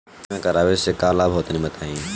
बीमा करावे से का लाभ होला तनि बताई?